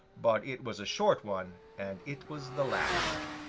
but it was a short one, and it was the last.